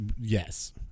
Yes